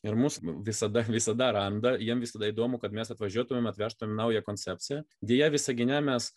ir mus visada visada randa jiem visada įdomu kad mes atvažiuotumėm atvežtumėm naują koncepciją deja visagine mes